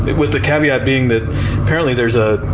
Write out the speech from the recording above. with the caveat being that apparently there's ah